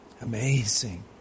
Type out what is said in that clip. Amazing